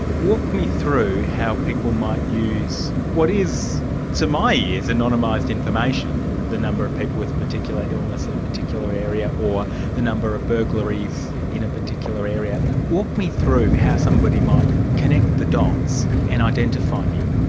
walk me through how people might use what is to my ears anonymised information the number of people with a particular illness in a particular area or the number of burglaries in a particular area walk me through how somebody might connect the dots and identify me.